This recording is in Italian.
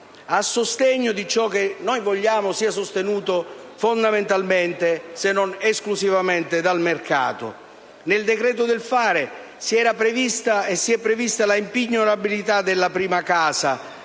a sostegno di ciò che noi vogliamo sia sostenuto, fondamentalmente se non esclusivamente, dal mercato. Nel decreto del fare si era prevista, e si è prevista, la impignorabilità della prima casa